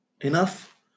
enough